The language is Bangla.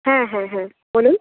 হ্যাঁ হ্যাঁ হ্যাঁ বলুন